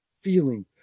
feeling